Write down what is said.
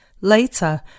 Later